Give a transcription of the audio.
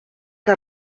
que